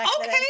Okay